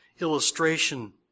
illustration